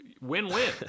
win-win